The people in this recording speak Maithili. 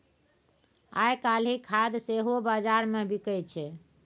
आयकाल्हि खाद सेहो बजारमे बिकय छै